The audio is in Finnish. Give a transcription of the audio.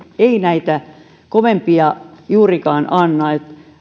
ei näitä kovempia juurikaan anna